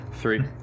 Three